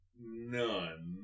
none